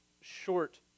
short